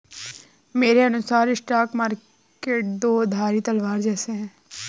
मेरे अनुसार stock market दो धारी तलवार जैसा है